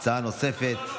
הצעה נוספת.